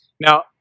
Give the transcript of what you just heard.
Now